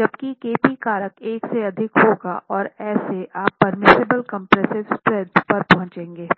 जबकि kp कारक 1 से अधिक होगा और ऐसे आप पेर्मिसिबल कम्प्रेस्सिव स्ट्रेंथ पर पहुँचेंगे